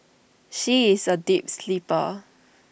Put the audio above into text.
she is A deep sleeper